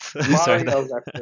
Sorry